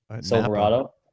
Silverado